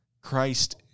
Christ